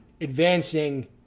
advancing